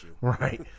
right